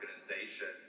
organizations